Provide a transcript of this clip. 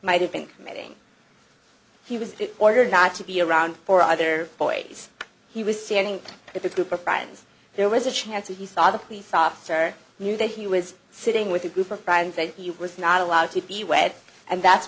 might have been committing he was ordered not to be around for either boys he was standing at the group of friends there was a chance he saw the police officer knew that he was sitting with a group of friends that he was not allowed to be wed and that's